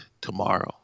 tomorrow